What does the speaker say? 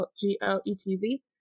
g-o-e-t-z